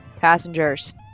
passengers